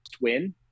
win